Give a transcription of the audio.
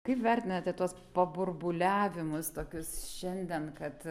kaip vertinate tuos paburbuliavimus tokius šiandien kad